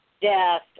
death